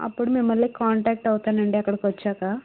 అప్పుడు మిమ్మల్ని కాంటాక్ట్ అవుతానండి అక్కడికి వచ్చాక